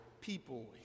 people